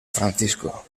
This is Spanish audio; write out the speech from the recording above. francisco